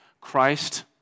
Christ